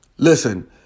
Listen